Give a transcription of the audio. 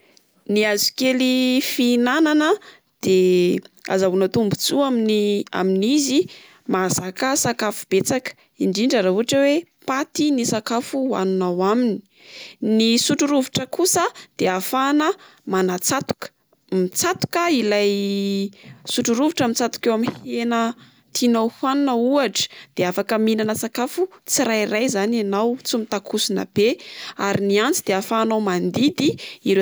Ny hazokely fihinana a de azahoana tombotsoa amin'ny amin'izy mahazaka sakafo betsaka indrindra raha ohatra oe paty ny sakafo hoaninao aminy. Ny sotro rovitra kosa de ahafahana manatsatoka mitsatoka ilay sotro rovitra mitsatoka eo amin'ny hena tianao hoanina ohatra de afaka mihinana sakafo tsirairay zany ianao tsy mitakosona be, ary ny antsy de ahafahanao mandidy ireo-